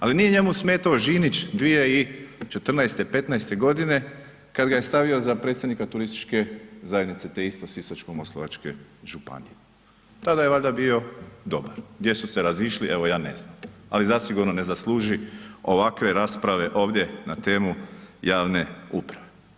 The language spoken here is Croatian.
Ali nije njemu smetao Žinić 2014., '15.g. kad ga je stavio za predsjednika turističke zajednice te iste Sisačko-moslavačke županije, tada je valjda bio dobar, gdje su se razišli evo ja ne znam, ali zasigurno ne zasluži ovakve rasprave ovdje na temu javne uprave.